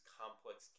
complex